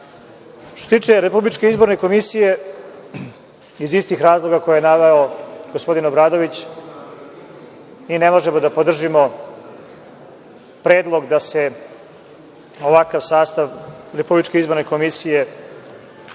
se tiče Republičke izborne komisije, iz tih razloga koje je naveo gospodin Obradović, mi ne možemo da podržimo predlog da se ovakav sastav Republičke izborne komisije